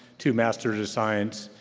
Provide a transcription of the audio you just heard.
two masters of science,